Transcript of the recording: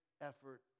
effort